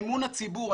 אמון הציבור,